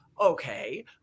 Okay